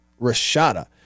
Rashada